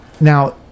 Now